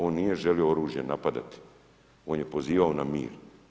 On nije želio oružje, napadati, on je pozivao na mir.